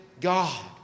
God